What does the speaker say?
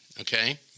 okay